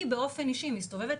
אני באופן אישי מסתובבת,